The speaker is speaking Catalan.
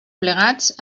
plegats